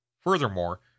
Furthermore